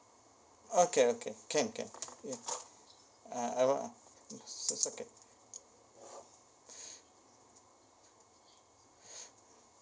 okay okay can can ya uh I wa~ uh it's okay